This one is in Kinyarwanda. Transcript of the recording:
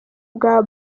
bwa